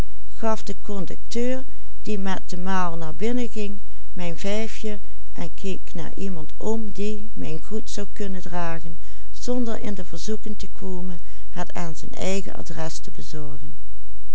vijfje en keek naar iemand om die mijn goed zou kunnen dragen zonder in de verzoeking te komen het aan zijn eigen adres te bezorgen